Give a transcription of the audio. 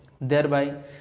thereby